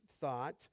thought